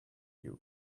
you